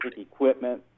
equipment